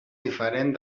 diferent